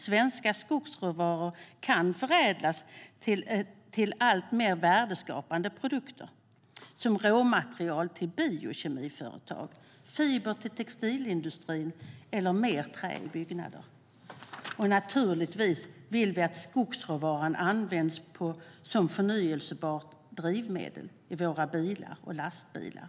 Svenska skogsråvaror kan förädlas till alltmer värdeskapande produkter, såsom råmaterial till biokemiföretag, fiber till textilindustrin och mer trä i byggnader. Naturligtvis vill vi att skogsråvaran även används som förnybart drivmedel i våra bilar och lastbilar.